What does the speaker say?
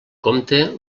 compte